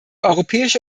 europäische